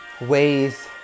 ways